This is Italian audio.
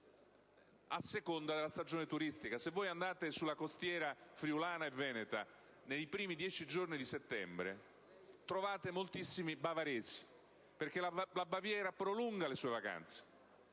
a seconda della stagione turistica. Se voi andate sulla costiera friulana e veneta nei primi dieci giorni di settembre, trovate moltissimi bavaresi, perché la Baviera prolunga le sue vacanze,